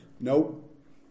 Nope